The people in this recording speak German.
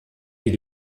die